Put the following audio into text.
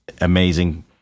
amazing